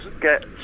get